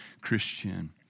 Christian